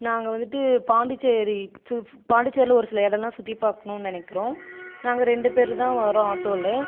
நாங்கள் வந்துட்டு பாண்டிச்சேரி சு பாண்டிச்சேரியில் ஒரு சில இடம்லாம் சுற்றி பார்க்கணுன்னு நினைக்கிறோம் நாங்கள் ரெண்டு பேர் தான் வரோம் ஆட்டோவில்